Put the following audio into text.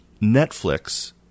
Netflix